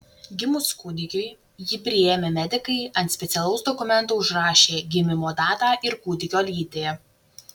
gimus kūdikiui jį priėmę medikai ant specialaus dokumento užrašė gimimo datą ir kūdikio lytį